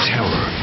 Terror